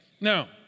Now